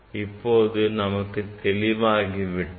இப்போது நமக்கு தெளிவாகிவிட்டது